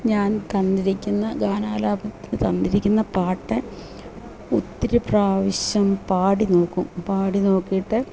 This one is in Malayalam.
ഞാൻ തന്നിരിക്കുന്ന ഗാനാലപനത്തിന് തന്നിരിക്കുന്ന പാട്ട് ഒത്തിരിപ്പ്രാവശ്യം പാടി നോക്കും പാടി നോക്കീട്ട്